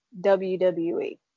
WWE